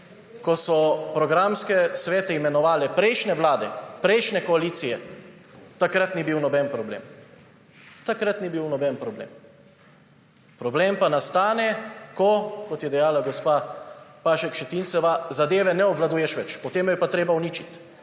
Ko so programske svete imenovale prejšnje vlade, prejšnje koalicije, takrat ni bil noben problem. Takrat ni bil noben problem. Problem pa nastane, ko, kot je dejala gospa Pašek Šetinc, zadeve ne obvladuješ več. Potem jo je pa treba uničiti,